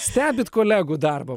stebit kolegų darbą